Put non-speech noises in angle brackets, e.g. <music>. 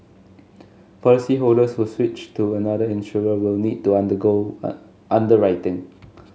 policyholders who switch to another insurer will need to undergo <unintelligible> underwriting